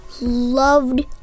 loved